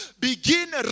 Begin